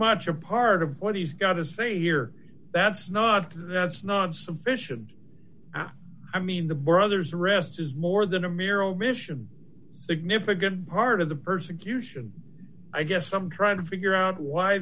much a part of what he's got to say here that's not that's not sufficient i mean the brother's arrest is more than a mere omission significant part of the persecution i guess i'm trying to figure out why